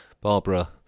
Barbara